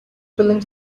filling